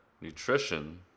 nutrition